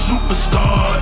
Superstar